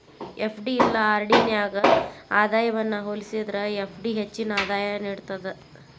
FD ಇಲ್ಲಾ RD ನ್ಯಾಗ ಆದಾಯವನ್ನ ಹೋಲಿಸೇದ್ರ ಎಫ್.ಡಿ ಹೆಚ್ಚಿನ ಆದಾಯ ನೇಡ್ತದ